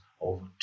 over